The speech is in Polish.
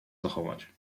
zachować